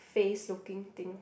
face looking thing